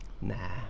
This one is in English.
Nah